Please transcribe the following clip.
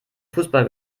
fußball